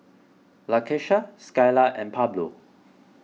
Lakeisha Skyla and Pablo